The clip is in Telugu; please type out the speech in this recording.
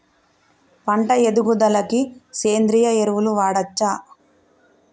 పంట ఎదుగుదలకి సేంద్రీయ ఎరువులు వాడచ్చా?